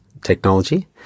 technology